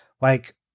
like-